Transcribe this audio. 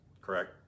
Correct